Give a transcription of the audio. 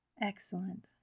excellent